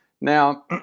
Now